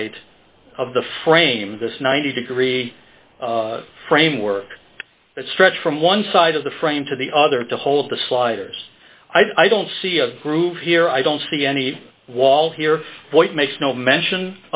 right of the frame this ninety degree framework that stretch from one side of the frame to the other to hold the sliders i don't see a groove here i don't see any wall here void makes no mention